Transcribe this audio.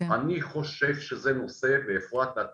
אני חושב שאפרת את